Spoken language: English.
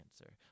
answer